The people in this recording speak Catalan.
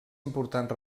importants